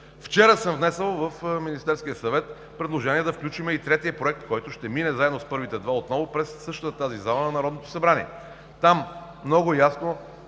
Вчера съм внесъл в Министерския съвет предложение да включим и трети проект, който ще мине заедно с първите два отново през пленарната зала на Народното събрание. Там много ясно